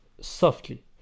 softly